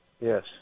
Yes